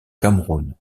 cameroun